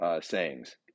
sayings